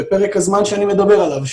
בפרק הזמן שאני מדבר עליו,